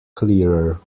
clearer